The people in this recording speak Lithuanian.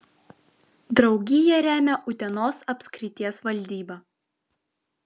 draugiją remia utenos apskrities valdyba